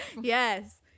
Yes